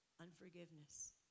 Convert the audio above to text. Unforgiveness